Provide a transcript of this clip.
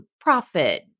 profit